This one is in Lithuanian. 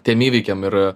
tiem įvykiam ir